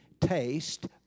taste